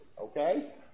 okay